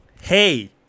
Hey